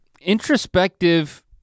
introspective